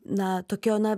na tokio na